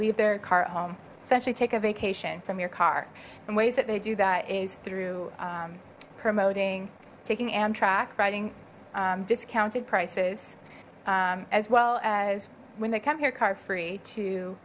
leave their car at home essentially take a vacation from your car in ways that they do that is through promoting taking amtrak riding discounted prices as well as when they come here car free to